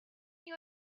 you